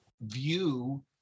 view